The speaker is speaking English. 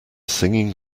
singing